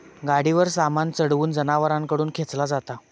गाडीवर सामान चढवून जनावरांकडून खेंचला जाता